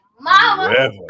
Mama